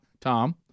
Tom